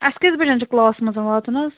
اَسہِ کٔژِ بَجن چھُ کٕلاسَس منٛز واتُن حظ